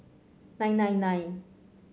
nine nine nine